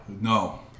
no